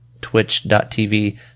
twitch.tv